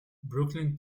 brooklyn